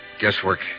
Guesswork